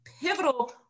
pivotal